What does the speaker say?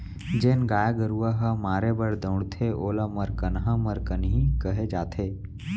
जेन गाय गरूवा ह मारे बर दउड़थे ओला मरकनहा मरकनही कहे जाथे